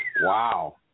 Wow